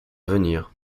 venir